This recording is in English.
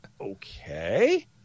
Okay